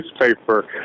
newspaper